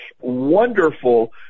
wonderful